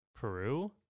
Peru